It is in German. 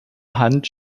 hand